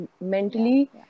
Mentally